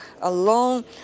alone